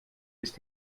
ist